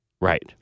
Right